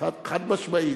חד-משמעית.